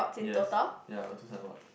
yes ya got two sign board